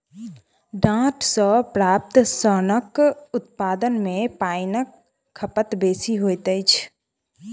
डांट सॅ प्राप्त सोनक उत्पादन मे पाइनक खपत बेसी होइत अछि